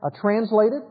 translated